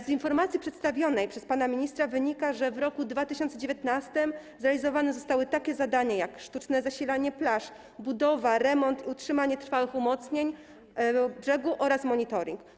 Z informacji przedstawionej przez pana ministra wynika, że w roku 2019 zrealizowane zostały takie zadania jak sztuczne zasilanie plaż, budowa, remont i utrzymanie trwałych umocnień brzegu oraz monitoring.